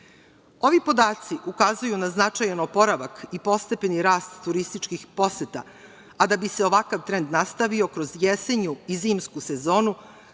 33%.Ovi podaci ukazuju na značajan oporavak i postepeni rast turističkih poseta, a da bi se ovakav trend nastavio kroz jesenju i zimsku sezonu,